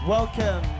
Welcome